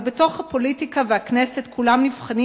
אבל בתוך הפוליטיקה והכנסת כולם נבחנים